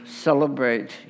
celebrate